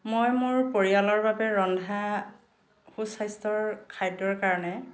মই মোৰ পৰিয়ালৰ বাবে ৰন্ধা সুস্বাস্থ্যৰ খাদ্যৰ কাৰণে